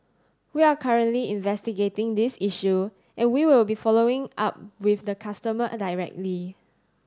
we are currently investigating this issue and we will be following up with the customer directly